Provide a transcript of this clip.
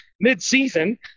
mid-season